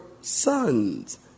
sons